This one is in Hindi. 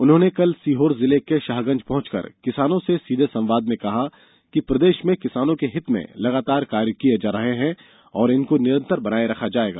उन्होंने कल सीहोर जिले के शाहगंज पहंचकर किसानों से सीधे संवाद में कहा कि प्रदेश में किसानों के हित में लगातार कार्य किये जा रहे है और इनको निरंतर बनाये रखा जायेगा